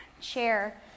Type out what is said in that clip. chair